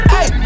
Hey